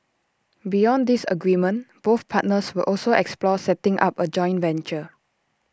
beyond this agreement both partners will also explore setting up A joint venture